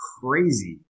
crazy